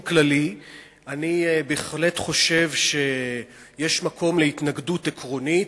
אני רוצה להגיד שבאופן כללי אני בהחלט חושב שיש מקום להתנגדות עקרונית,